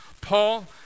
Paul